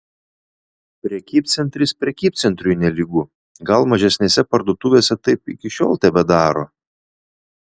prekybcentris prekybcentriui nelygu gal mažesnėse parduotuvėse taip iki šiol tebedaro